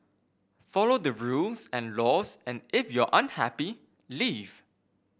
follow the rules and laws and if you're unhappy leave